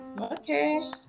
Okay